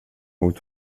mot